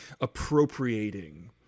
appropriating